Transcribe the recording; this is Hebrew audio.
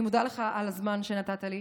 אני מודה לך על הזמן שנתת לי,